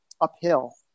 uphill